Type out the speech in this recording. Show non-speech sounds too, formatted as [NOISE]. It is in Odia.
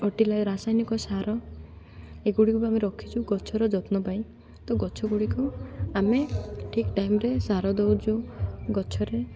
[UNINTELLIGIBLE] ରାସାୟନିକ ସାର ଏଗୁଡ଼ିକୁ [UNINTELLIGIBLE] ଆମେ ରଖିଛୁ ଗଛର ଯତ୍ନ ପାଇଁ ତ ଗଛ ଗୁଡ଼ିକୁ ଆମେ ଠିକ୍ ଟାଇମ୍ରେ ସାର ଦଉଛୁ ଗଛରେ